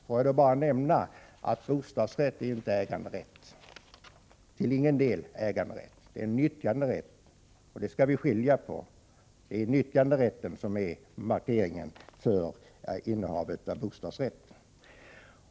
Får jag då bara säga att bostadsrätt till ingen del är äganderätt utan nyttjanderätt, och det skall vi skilja på. Det är nyttjanderätten som är markeringen för innehavet av bostadsrätt.